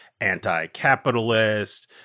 anti-capitalist